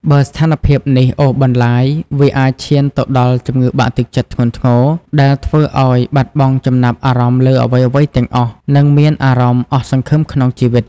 បើស្ថានភាពនេះអូសបន្លាយ វាអាចឈានទៅដល់ជំងឺបាក់ទឹកចិត្តធ្ងន់ធ្ងរ ដែលធ្វើឱ្យបាត់បង់ចំណាប់អារម្មណ៍លើអ្វីៗទាំងអស់ និងមានអារម្មណ៍អស់សង្ឃឹមក្នុងជីវិត។